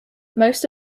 most